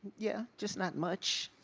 yeah, just not much.